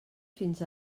fins